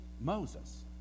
Moses